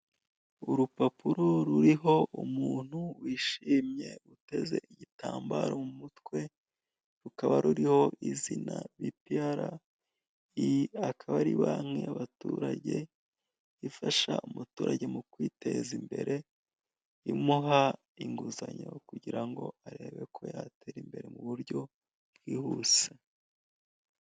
Urupapuro ruriho umuntu wishimye uteze igitambaro mu mutwe rukaba ruriho izina bipiyara iyi akaba ari banki y'abaturage ifasha umuturage mu kwiteza imbere imuha inguzanyo kugira ngo arebe ko yatera imbere mu buryo bwihuse.